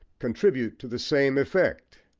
contribute to the same effect.